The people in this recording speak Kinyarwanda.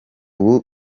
ubu